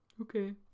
okay